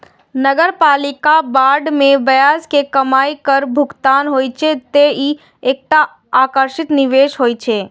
नगरपालिका बांड मे ब्याज के कमाइ कर मुक्त होइ छै, तें ई एकटा आकर्षक निवेश होइ छै